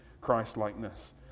Christlikeness